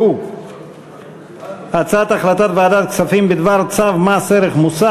שהוא החלטת ועדת הכספים בדבר אישור הוראות